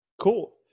cool